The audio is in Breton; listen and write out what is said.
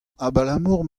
abalamour